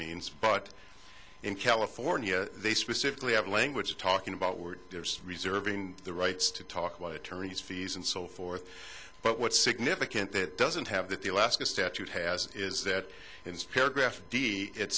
means but in california they specifically have language you're talking about where there's reserving the rights to talk about attorneys fees and so forth but what's significant that doesn't have that the alaska statute has is that i